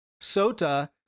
Sota